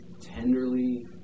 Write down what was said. tenderly